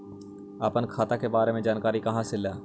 अपन खाता के बारे मे जानकारी कहा से ल?